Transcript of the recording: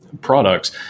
products